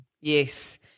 Yes